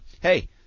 hey